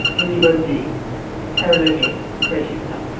in liber d terrylegay, register.